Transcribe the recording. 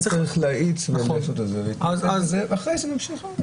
צריך להאיץ --- ואחרי זה נמשיך הלאה.